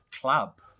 club